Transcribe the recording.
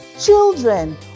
children